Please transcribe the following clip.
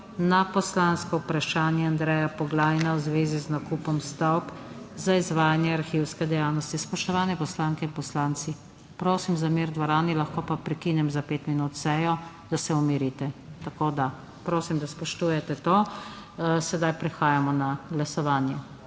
na poslansko vprašanje Andreja Poglajna v zvezi z nakupom stavb za izvajanje arhivske dejavnosti. Spoštovane poslanke in poslanci, prosim za mir v dvorani! Lahko pa prekinem sejo za pet minut, da se umirite, tako da prosim, da to spoštujete. Sedaj prehajamo na glasovanje.